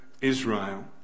Israel